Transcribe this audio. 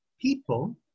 people